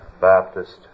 Baptist